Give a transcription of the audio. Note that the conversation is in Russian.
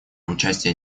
участия